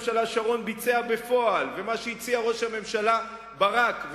ביצע בפועל ראש הממשלה שרון והציע ראש הממשלה ברק,